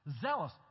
zealous